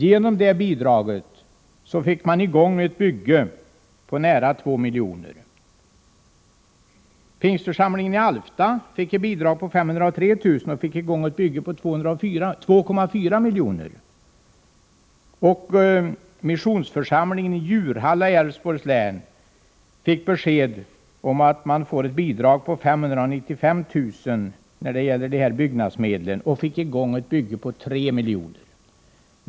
Genom det bidraget fick man i gång ett bygge på nära 2 miljoner. Pingstförsamlingen i Alfta fick ett bidrag på 503 000 kr., och fick i gång ett bygge på 2,4 miljoner. Missionsförsamlingen i Ljurhalla i Älvsborgs län har fått besked om att man får ett bidrag på 595 000 kr. i byggnadsmedel, och man har fått i gång ett bygge på 3 miljoner.